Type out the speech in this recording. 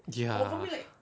ya